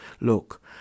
Look